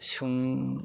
सों